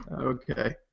Okay